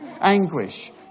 anguish